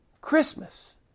Christmas